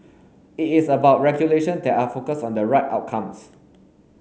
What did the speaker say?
it is about regulation that are focused on the right outcomes